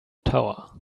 tower